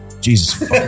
Jesus